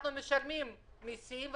אנחנו משלמים מסים,